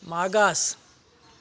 मागास